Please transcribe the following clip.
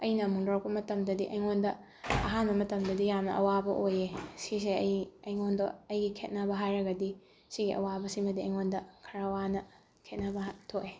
ꯑꯩꯅ ꯑꯃꯨꯛ ꯂꯧꯔꯛꯄ ꯃꯇꯝꯗꯗꯤ ꯑꯩꯉꯣꯟꯗ ꯑꯍꯥꯟꯕ ꯃꯇꯝꯗꯗꯤ ꯌꯥꯝꯅ ꯑꯋꯥꯕ ꯑꯣꯏꯌꯦ ꯁꯤꯁꯦ ꯑꯩ ꯑꯩꯉꯣꯟꯗ ꯑꯩꯒꯤ ꯈꯦꯠꯅꯕ ꯍꯥꯏꯔꯒꯗꯤ ꯁꯤꯒꯤ ꯑꯋꯥꯕꯁꯤꯃꯗꯤ ꯑꯩꯉꯣꯟꯗ ꯈꯔ ꯋꯥꯅ ꯈꯦꯠꯅꯕ ꯊꯣꯛꯑꯦ